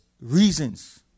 reasons